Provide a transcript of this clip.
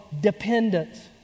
dependence